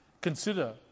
Consider